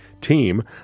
team